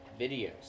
videos